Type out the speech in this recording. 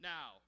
Now